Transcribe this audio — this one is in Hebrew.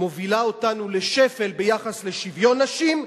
מובילה אותנו לשפל ביחס לשוויון נשים,